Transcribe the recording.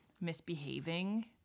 misbehaving